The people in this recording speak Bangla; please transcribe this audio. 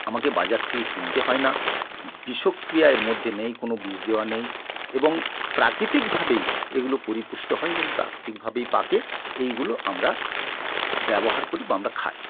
আমাকে বাজার থেকে কিনতে হয় না বিষক্রিয়া এর মধ্যে নেই কোনো বিষ দেওয়া নেই এবং প্রাকৃতিক ভাবেই এগুলো পরিপুষ্ট হয় এবং প্রাকৃতিক ভাবেই পাকে এইগুলো আমরা ব্যবহার করি বা আমরা খাই